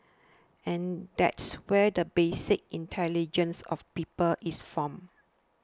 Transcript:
and that's where the basic intelligence of people is formed